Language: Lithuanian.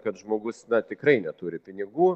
kad žmogus na tikrai neturi pinigų